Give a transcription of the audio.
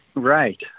Right